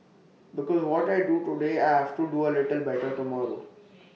because what I do today I have to do A little better tomorrow